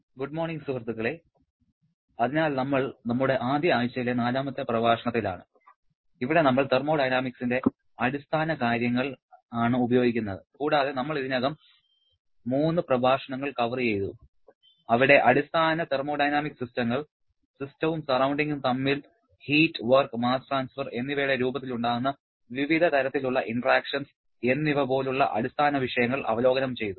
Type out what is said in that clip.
good morning സുഹൃത്തുക്കളേ അതിനാൽ നമ്മൾ നമ്മുടെ ആദ്യ ആഴ്ചയിലെ നാലാമത്തെ പ്രഭാഷണത്തിലാണ് ഇവിടെ നമ്മൾ തെർമോഡൈനാമിക്സിന്റെ അടിസ്ഥാന കാര്യങ്ങൾ ആണ് ഉപയോഗിക്കുന്നത് കൂടാതെ നമ്മൾ ഇതിനകം മൂന്ന് പ്രഭാഷണങ്ങൾ കവർ ചെയ്തു അവിടെ അടിസ്ഥാന തെർമോഡൈനാമിക് സിസ്റ്റങ്ങൾ സിസ്റ്റവും സറൌണ്ടിങ്ങും തമ്മിൽ ഹീറ്റ് വർക്ക് മാസ് ട്രാൻസ്ഫർ എന്നിവയുടെ രൂപത്തിൽ ഉണ്ടാകുന്ന വിവിധ തരത്തിലുള്ള ഇന്ററാക്ഷൻസ് എന്നിവ പോലുള്ള അടിസ്ഥാന വിഷയങ്ങൾ അവലോകനം ചെയ്തു